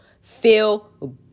feel